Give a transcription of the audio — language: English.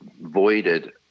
voided